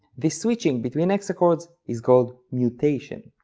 this switching between hexachords is called mutation.